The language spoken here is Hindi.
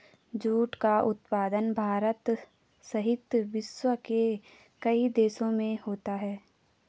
जूट का उत्पादन भारत सहित विश्व के कई देशों में होता है